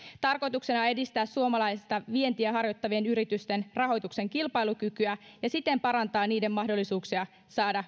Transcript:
tarkoituksena on edistää suomalaista vientiä harjoittavien yritysten rahoituksen kilpailukykyä ja siten parantaa niiden mahdollisuuksia saada